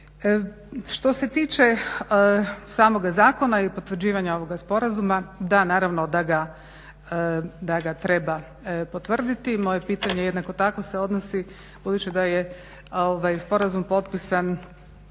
Što se tiče samoga zakona i potvrđivanja ovoga sporazuma, da naravno da ga treba potvrditi. Moje pitanje jednako tako se odnosi budući da je ovaj sporazum potpisan